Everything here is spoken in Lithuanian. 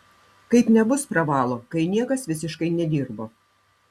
kaip nebus pravalo kai nieko visiškai nedirbo